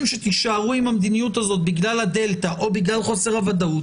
שתישארו עם המדיניות הזאת בגלל ה-דלתא או בגלל חוסר הוודאות